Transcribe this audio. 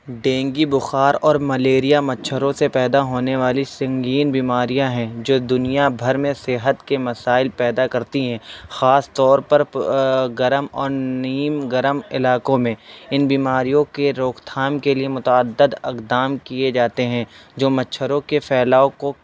dengue بخار اور malaria مچھروں سے پیدا ہونے والی سنگین بیماریاں ہیں جو دنیا بھر میں صحت کے مسائل پیدا کرتی ہیں خاص طور پر گرم اور نیم گرم علاقوں میں ان بیماریوں کی روک تھام کے لیے متعدد اقدام کیے جاتے ہیں جو مچھروں کے پھیلاؤ کو